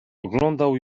oglądał